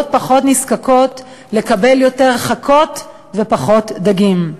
להיות פחות נזקקות, לקבל יותר חכות ופחות דגים.